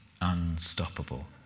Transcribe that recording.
unstoppable